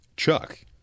Chuck